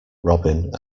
robin